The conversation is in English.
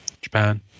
Japan